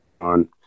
on